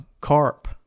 carp